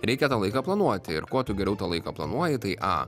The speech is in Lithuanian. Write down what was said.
reikia tą laiką planuoti ir ko tu geriau to laiko planuoji tai a